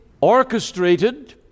orchestrated